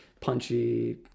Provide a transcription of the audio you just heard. punchy